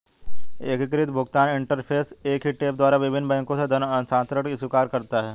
एकीकृत भुगतान इंटरफ़ेस एक ही ऐप द्वारा विभिन्न बैंकों से धन हस्तांतरण स्वीकार करता है